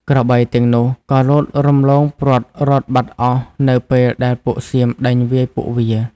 ក្របីទាំងនោះក៏លោតរំលងព្រ័ត្ររត់បាត់អស់នៅពេលដែលពួកសៀមដេញវាយពួកវា។